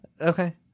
Okay